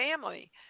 family